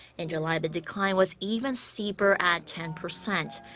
in july, the decline was even steeper at ten percent.